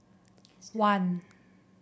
one